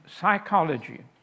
psychology